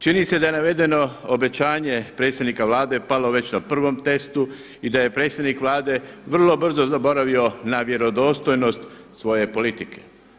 Čini se da je navedeno obećanje predsjednika Vlade palo već na prvom testu i da je predsjednik Vlade vrlo brzo zaboravio na vjerodostojnost svoje politike.